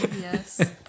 yes